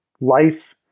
life